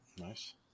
Nice